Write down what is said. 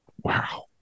wow